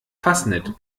fasnet